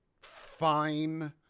fine